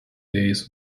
days